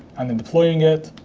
and then deploying it.